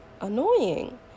annoying